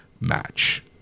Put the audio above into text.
match